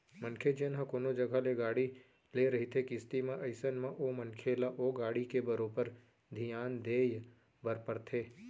मनखे जेन ह कोनो जघा ले गाड़ी ले रहिथे किस्ती म अइसन म ओ मनखे ल ओ गाड़ी के बरोबर धियान देय बर परथे